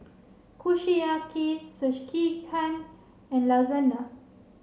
Kushiyaki Sekihan and Lasagna